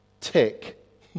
Tick